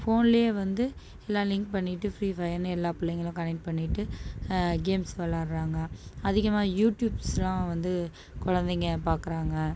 ஃபோன்லேயே வந்து எல்லாம் லிங்க் பண்ணிவிட்டு ஃப்ரீ ஃபயர்னு எல்லாம் பிள்ளைங்களும் கனெக்ட் பண்ணிட்டு கேம்ஸ் விளாட்டுறாங்க அதிகமாக யூடியூப்ஸ்லாம் வந்து குழந்தைங்க பார்க்குறாங்க